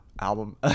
album